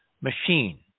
machine